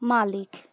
মালিক